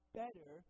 better